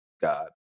God